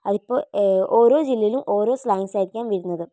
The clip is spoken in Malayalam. അതിപ്പോള് ഓരോ ജില്ലയിലും ഓരോ സ്ലാങ്ങ്സ് ആയിരിക്കാം വരുന്നത്